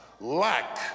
lack